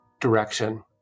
direction